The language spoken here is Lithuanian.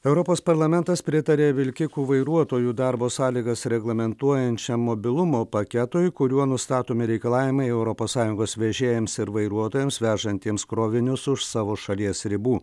europos parlamentas pritarė vilkikų vairuotojų darbo sąlygas reglamentuojančiam mobilumo paketui kuriuo nustatomi reikalavimai europos sąjungos vežėjams ir vairuotojams vežantiems krovinius už savo šalies ribų